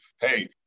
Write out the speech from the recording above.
hey